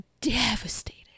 devastated